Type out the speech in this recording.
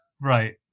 right